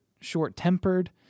short-tempered